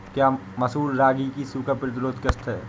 क्या मसूर रागी की सूखा प्रतिरोध किश्त है?